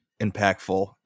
impactful